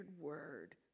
word